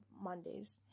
Mondays